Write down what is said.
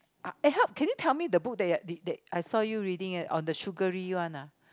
uh eh help can you tell me the book that you're that I saw you reading it on the sugary one ah